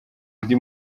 undi